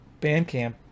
Bandcamp